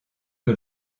que